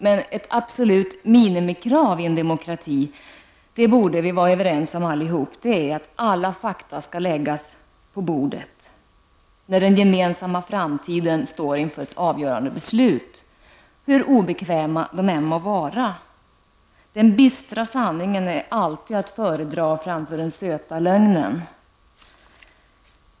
Men vi borde vara överens om att ett absolut minimikrav i en demokrati är att alla fakta skall läggas på bordet när den gemensamma framtiden står inför ett avgörande beslut, hur obekväma de än må vara. Den bistra sanningen är alltid att föredra framför den söta lögnen!